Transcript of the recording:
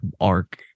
arc